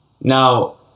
Now